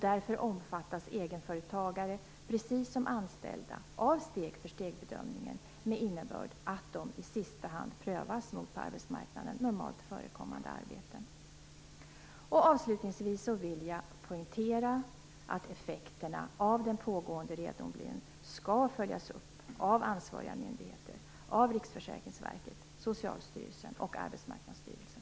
Därför omfattas egenföretagare, precis som anställda, av steg-för-steg-bedömningen med innebörd att de i sista hand prövas mot på arbetsmarknaden normalt förekommande arbeten. Avslutningsvis vill jag poängtera att effekterna av den pågående renodlingen skall följas upp av ansvariga myndigheter, t.ex. Riksförsäkringsverket, Socialstyrelsen och Arbetsmarknadsstyrelsen.